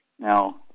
Now